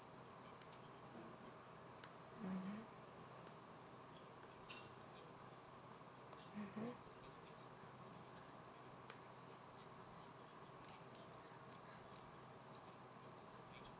mmhmm mmhmm